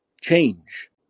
change